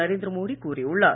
நரேந்திர மோடி கூறியுள்ளார்